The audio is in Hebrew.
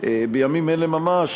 שבימים אלה ממש,